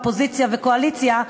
אופוזיציה וקואליציה,